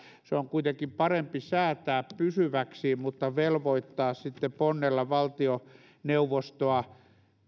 se on kuitenkin parempi säätää pysyväksi mutta velvoittaa sitten ponnella valtioneuvostoa